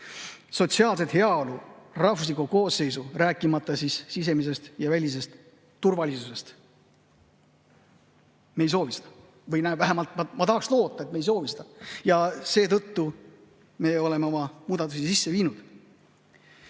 sotsiaalset heaolu, rahvuslikku koosseisu, rääkimata sisemisest ja välisest turvalisusest. Me ei soovi seda või vähemalt ma tahaksin loota, et me ei soovi seda. Seetõttu me olemegi oma muudatusi sisse viinud.